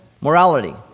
morality